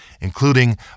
including